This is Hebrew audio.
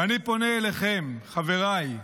ואני פונה אליכם, חבריי: